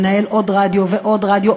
מנהל עוד רדיו ועוד רדיו,